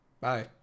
bye